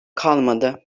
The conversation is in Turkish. kalmadı